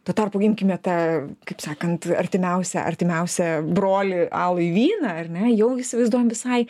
tuo tarpu imkime tą kaip sakant artimiausią artimiausią broliui alui vyną ar ne jau įsivaizduojam visai